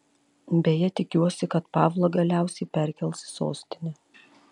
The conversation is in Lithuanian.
beje tikiuosi kad pavlą galiausiai perkels į sostinę